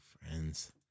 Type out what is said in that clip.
friends